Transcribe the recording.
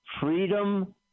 Freedom